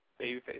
babyface